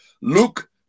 Luke